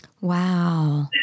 Wow